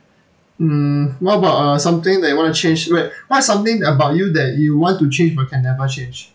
mm what about uh something that you want to change like what something about you that you want to change but can never change